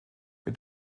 mit